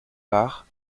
parts